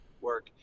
work